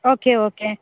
okay okay